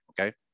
okay